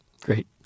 Great